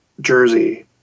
jersey